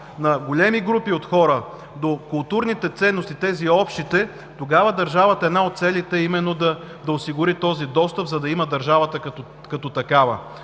на големи групи от хора до културните ценности – тези общите, тогава една от целите ѝ е именно да осигури този достъп, за да я има държавата като такава